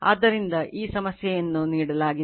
ಆದ್ದರಿಂದ ಈ ಸಮಸ್ಯೆಯನ್ನು ನೀಡಲಾಗಿದೆ